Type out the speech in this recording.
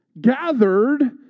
gathered